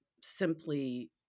simply